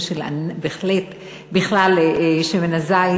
ובכלל זה שמן הזית,